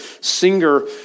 singer